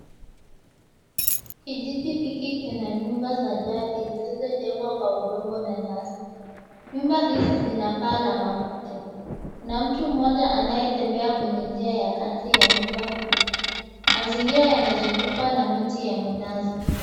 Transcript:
Kijiji hiki kina nyumba za jadi zilizojengwa kwa udongo na nyasi. Nyumba hizi zina paa la makuti, na mtu mmoja anayetembea kwenye njia ya kati ya nyumba hizi. Mazingira yanazungukwa na miti ya minazi.